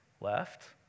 left